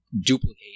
duplicate